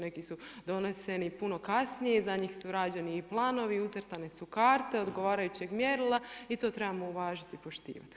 Neki su doneseni puno kasnije i za njih su rađeni planovi, ucrtane su karte odgovarajućeg mjerila i to trebamo uvažiti i poštivati.